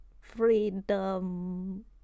freedom